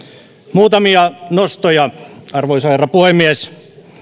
muutamia nostoja arvoisa herra puhemies